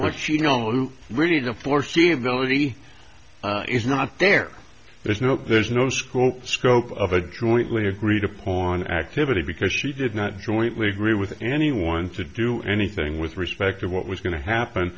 what you know really the foreseeability is not there there's no there's no school scope of a jointly agreed upon activity because she did not jointly agree with anyone to do anything with respect to what was going to happen